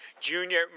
Junior